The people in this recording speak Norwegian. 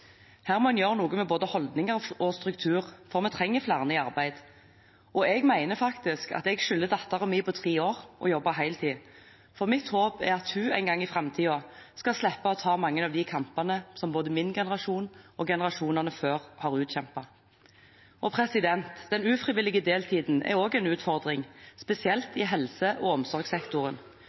Her må vi gjøre noe med både holdninger og struktur, for vi trenger flere i arbeid. Jeg mener faktisk at jeg skylder datteren min på 3 år å jobbe heltid, for mitt håp er at hun en gang i fremtiden skal slippe å ta mange av de kampene både min generasjon og generasjonene før har utkjempet. Den ufrivillige deltiden er også en utfordring, spesielt i helse- og omsorgssektoren.